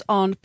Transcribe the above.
on